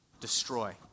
destroy